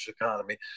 economy